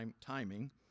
timing